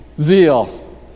zeal